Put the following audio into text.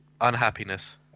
unhappiness